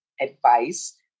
advice